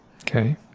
Okay